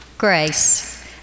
Grace